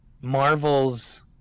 Marvel's